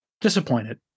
Disappointed